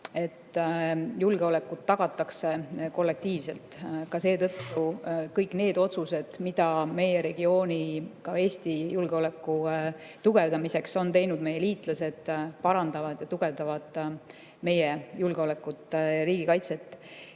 et julgeolekut tagatakse kollektiivselt. Seetõttu kõik need otsused, mida meie regiooni, ka Eesti julgeoleku tugevdamiseks on teinud meie liitlased, parandavad ja tugevdavad meie julgeolekut, riigikaitset.